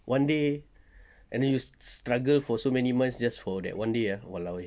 one day and then you struggle for so many months for that one day ah !walao! eh